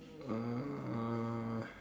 uh